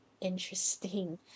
interesting